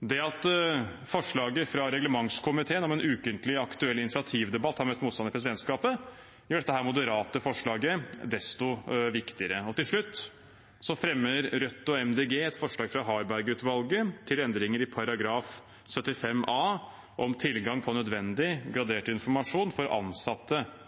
Det at forslaget fra reglementskomiteen om en ukentlig aktuell initiativdebatt har møtt motstand i presidentskapet, gjør dette moderate forslaget desto viktigere. Til slutt fremmer Rødt og Miljøpartiet De Grønne et forslag fra Harberg-utvalget til endringer i § 75 a om tilgang på nødvendig gradert informasjon for ansatte